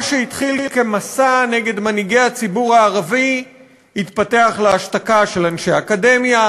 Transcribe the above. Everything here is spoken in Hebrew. מה שהתחיל כמסע נגד מנהיגי הציבור הערבי התפתח להשתקה של אנשי אקדמיה,